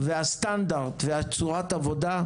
והסטנדרט וצורת העבודה,